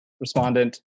Respondent